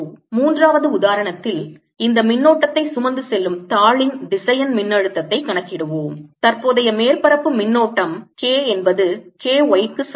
மூன்றாவது உதாரணத்தில் இந்த மின்னோட்டத்தை சுமந்து செல்லும் தாளின் திசையன் மின்னழுத்தத்தைக் கணக்கிடுவோம் தற்போதைய மேற்பரப்பு மின்னோட்டம் K என்பது k y க்கு சமம்